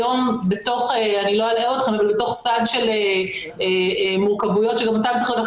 היום בתוך סד של מורכבויות שגם אותן צריך לקחת